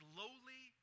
lowly